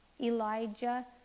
Elijah